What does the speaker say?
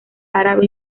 árabe